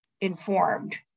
informed